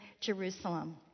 Jerusalem